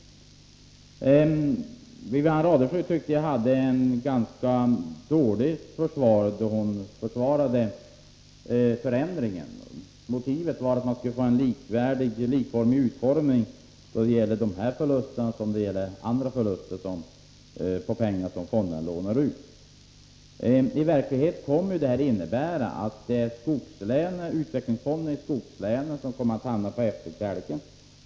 Jag tycker att Wivi-Anne Radesjö hade ett ganska dåligt försvar för förändringen. Motivet var att man kunde få en likformig utformning för täckning av dessa förluster och andra förluster på pengar som fonderna lånar ut. I verkligheten kommer detta att innebära att utvecklingsfonderna i skogslänen hamnar på efterkälken.